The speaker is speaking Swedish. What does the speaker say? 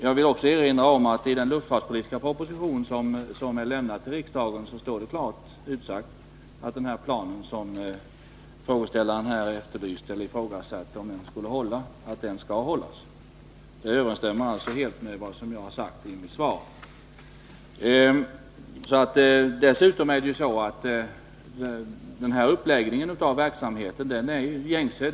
Frågeställaren ifrågasatte om planen i den luftfartspolitiska proposition som är lämnad till riksdagen kommer att hålla. Jag vill därför erinra om att i propositionen står det klart utsagt att den skall hållas. Det överenstämmer alltså helt med vad jag har sagt i mitt svar. Dessutom är det så att den här uppläggningen av verksamheten är den gängse.